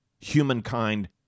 humankind